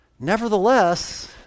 nevertheless